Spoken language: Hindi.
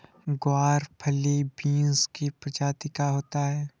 ग्वारफली बींस की प्रजाति का होता है